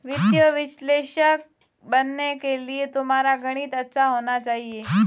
वित्तीय विश्लेषक बनने के लिए तुम्हारा गणित अच्छा होना चाहिए